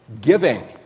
giving